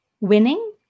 Winning